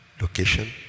location